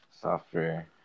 software